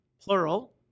plural